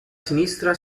sinistra